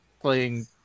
playing